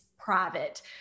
private